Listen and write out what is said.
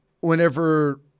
whenever